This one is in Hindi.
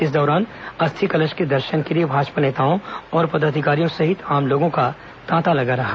इस दौरान अस्थि कलश के दर्शन के लिए भाजपा नेताओं और पदाधिकारियों सहित आम लोगों का तांता लगा रहा